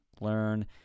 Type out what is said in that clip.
learn